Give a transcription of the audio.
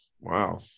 Wow